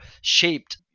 shaped